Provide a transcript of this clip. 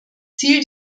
ziel